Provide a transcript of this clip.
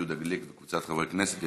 יהודה גליק וקבוצת חברי הכנסת.